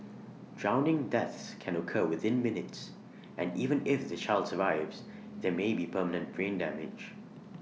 drowning deaths can occur within minutes and even if the child survives there may be permanent brain damage